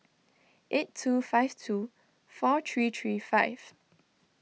eight two five two four three three five